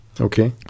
Okay